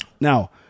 Now